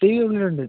tree ഒരു രണ്ട്